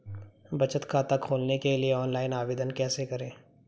बचत खाता खोलने के लिए ऑनलाइन आवेदन कैसे करें?